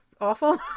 awful